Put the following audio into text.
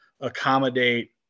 accommodate